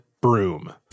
broom